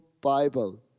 Bible